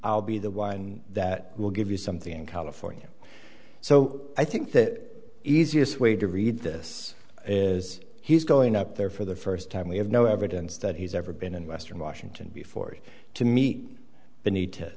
i'll be the one that will give you something in california so i think that easiest way to read this is he's going up there for the first time we have no evidence that he's ever been in western washington before to meet the need to